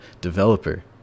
developer